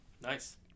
Nice